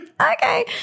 okay